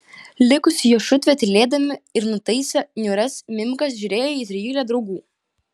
likusi jo šutvė tylėdami ir nutaisę niūrias mimikas žiūrėjo į trijulę draugų